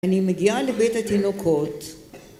אני מגיעה לבית התינוקות